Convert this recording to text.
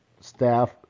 staff